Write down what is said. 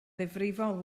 ddifrifol